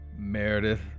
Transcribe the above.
Meredith